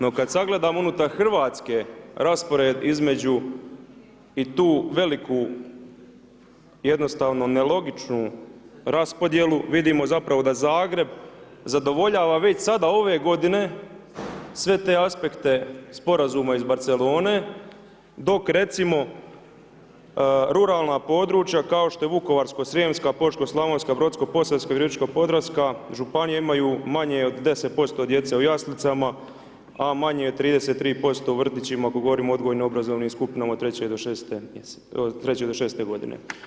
No kad sagledamo unutar Hrvatske raspored između i tu veliku, jednostavno nelogičnu raspodjelu, vidimo zapravo da Zagreb zadovoljava već sada ove godine, sve te aspekte Sporazuma iz Barcelone, dok recimo, ruralna područja, kao što je Vukovarsko-srijemska, Požeško-slavonska, Brodsko-posavska, Virovitičko-podravska županija, imaju manje od 10% djece u jaslicama, a manje od 33% u vrtićima ako govorimo o odgojno-obrazovnim skupinama od treće do šeste godine.